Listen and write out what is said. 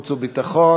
חוץ וביטחון.